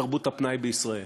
הפנאי בישראל.